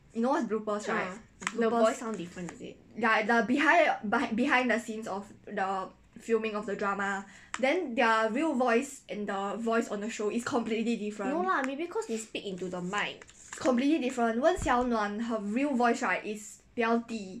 uh the voice sound different is it no lah maybe cause they speak into the mike